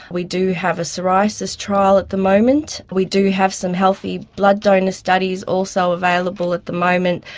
we do have a psoriasis trial at the moment, we do have some healthy blood donor studies also available at the moment,